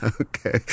okay